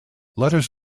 letters